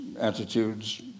attitudes